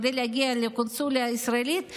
כדי להגיע לקונסוליה הישראלית,